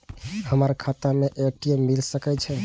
हमर खाता में ए.टी.एम मिल सके छै?